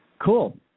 Cool